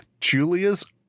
Julia's